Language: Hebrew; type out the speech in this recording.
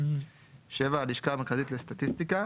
7הלשכה המרכזית לסטטיסטיקה,